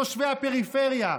תושבי הפריפריה,